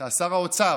אתה שר האוצר,